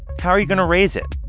how are you going to raise it?